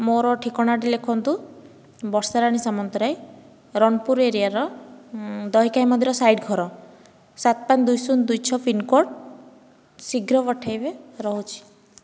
ମୋର ଠିକଣାଟି ଲେଖନ୍ତୁ ବର୍ଷାରାଣୀ ସାମନ୍ତରାୟ ରଣପୁର ଏରିଆର ଦହିଖାଇ ମଦର ସାଇଡ଼ ଘର ସାତ ପାଞ୍ଚ ଦୁଇ ଶୂନ ଦୁଇ ଛଅ ପିନ କୋଡ଼ ଶୀଘ୍ର ପଠେଇବେ ରହୁଛି